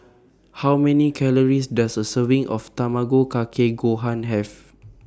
How Many Calories Does A Serving of Tamago Kake Gohan Have